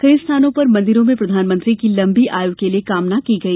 कई स्थानों पर मंदिरों में प्रधानमंत्री की लंबी आयु के लिए कामना की गई